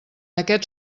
aquest